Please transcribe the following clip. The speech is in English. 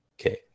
Okay